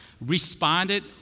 responded